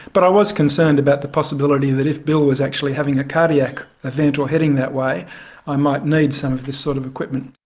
but i was concerned about the possibility that if bill was actually having a cardiac event or heading that way i might need some of this sort of equipment.